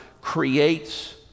creates